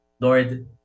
Lord